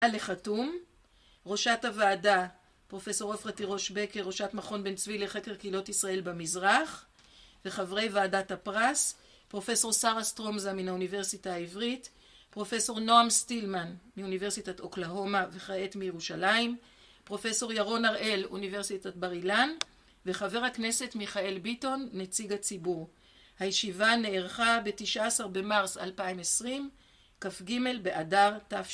על החתום, ראשת הוועדה, פרופסור עופרה תירוש בקר, ראשת מכון בן צבי לחקר קהילות ישראל במזרח, וחברי ועדת הפרס, פרופסור שרה סטרומזה מן האוניברסיטה העברית, פרופסור נועם סטילמן מאוניברסיטת אוקלהומה וכעת מירושלים, פרופסור ירון הראל אוניברסיטת בר אילן, וחבר הכנסת מיכאל ביטון, נציג הציבור. הישיבה נערכה ב-19 במרס 2020, כ"ג באדר תש...